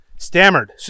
Stammered